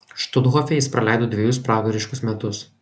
štuthofe jis praleido dvejus pragariškus metus